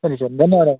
ಸರಿ ಸರ್ ಧನ್ಯವಾದ